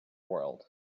world